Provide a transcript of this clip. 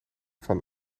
van